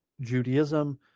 Judaism